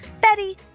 Betty